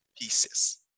pieces